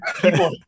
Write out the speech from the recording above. People